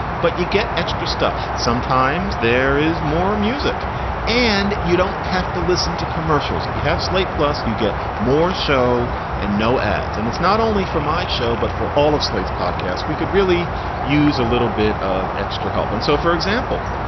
but you get extra stuff. sometimes there is more music and you don't have to listen to commercials. if you have slate, plus you get more show and no ads. and it's not only for my show, but for all of slate's podcasts, we could really use a little bit of extra help. and so, for example,